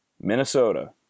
Minnesota